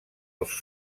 els